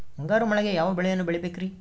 ಮುಂಗಾರು ಮಳೆಗೆ ಯಾವ ಬೆಳೆಯನ್ನು ಬೆಳಿಬೇಕ್ರಿ?